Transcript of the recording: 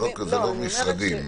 זה לא משרדים.